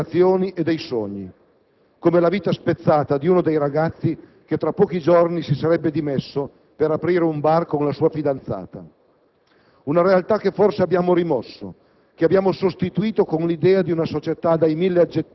Vite in contrasto: quella difficile della quotidianità e quella delle aspirazioni e dei sogni, come la vita spezzata di uno dei ragazzi che, tra pochi giorni, si sarebbe dimesso dalla fabbrica per aprire un bar con la sua fidanzata.